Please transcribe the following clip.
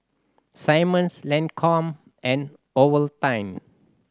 Simmons Lancome and Ovaltine